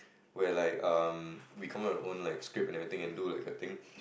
where like um we come up our own like script and everything and do like a thing